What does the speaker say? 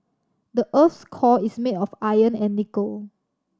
the earth's core is made of iron and nickel